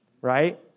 right